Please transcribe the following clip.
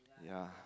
ya